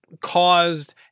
caused